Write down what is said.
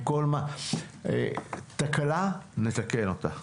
תקלה - נתקן אותה.